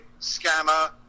scammer